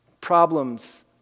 Problems